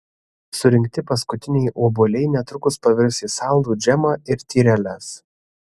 surinkti paskutiniai obuoliai netrukus pavirs į saldų džemą ir tyreles